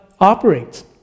operates